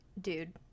Dude